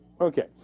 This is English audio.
Okay